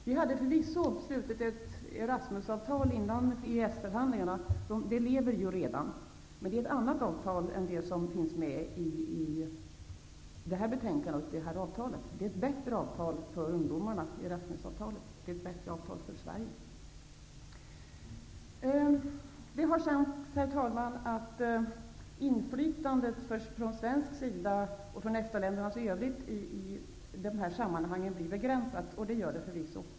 Vi hade förvisso slutit ett Erasmusavtal innan EES-förhandlingarna påbörjades, men det är ett annat avtal än detta. Erasmusavtalet är ett bättre avtal för ungdomarna och för Sverige. Herr talman! Det har sagts att inflytandet från svensk sida och från övriga EFTA-länders sida i dessa sammanhang blir begränsat, och det blir det förvisso.